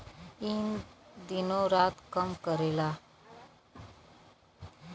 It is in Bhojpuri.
ई दिनो रात काम करेला